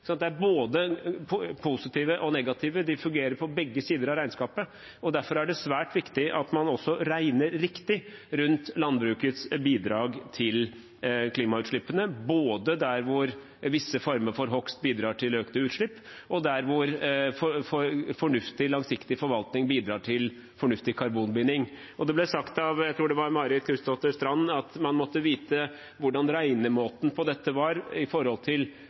Det er både positive og negative element; de fungerer på begge sider av regnskapet. Derfor er det svært viktig at man også regner riktig rundt landbrukets bidrag til klimautslippene – både der visse former for hogst bidrar til økte utslipp, og der fornuftig, langsiktig forvaltning bidrar til fornuftig karbonbinding. Det ble sagt, jeg tror det var av Marit Knutsdatter Strand, at man måtte vite hvordan regnemåten på dette var,